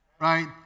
right